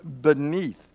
beneath